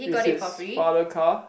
is his father car